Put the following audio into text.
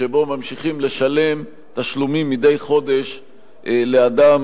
שבו ממשיכים לשלם תשלומים מדי חודש לאדם